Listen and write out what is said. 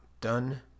done